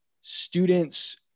students